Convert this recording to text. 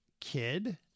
kid